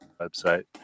website